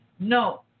No